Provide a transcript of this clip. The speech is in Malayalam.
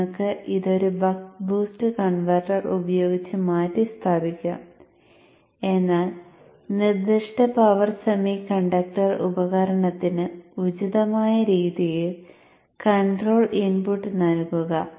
നിങ്ങൾക്ക് ഇത് ഒരു ബക്ക് ബൂസ്റ്റ് കൺവെർട്ടർ ഉപയോഗിച്ച് മാറ്റിസ്ഥാപിക്കാം എന്നാൽ നിർദ്ദിഷ്ട പവർ സെമികണ്ടക്ടർ ഉപകരണത്തിന് ഉചിതമായ രീതിയിൽ കൺട്രോൾ ഇൻപുട്ട് നൽകുക